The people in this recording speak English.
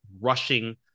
rushing